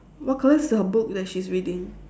what colour is her book that she's reading